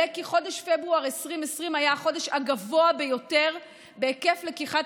חודש פברואר 2020 היה החודש הגבוה ביותר בהיקף לקיחת